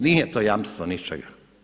Nije to jamstvo ničega.